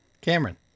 Cameron